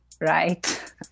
right